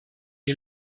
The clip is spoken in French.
est